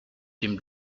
dem